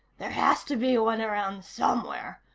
there has to be one around somewhere.